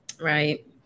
Right